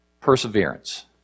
perseverance